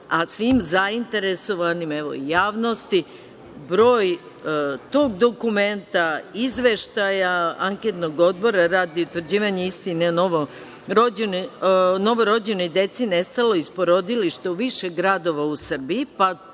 A svim zainteresovanima, evo i javnosti, broj tog dokumenta, Izveštaja Anketnog odbora radi utvrđivanja istine o novorođenoj deci nestaloj iz porodilišta u više gradova u Srbiji,